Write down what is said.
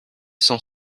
sans